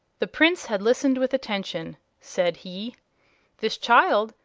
the prince had listened with attention. said he this child,